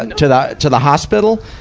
and to the, to the hospital.